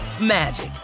magic